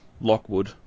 Lockwood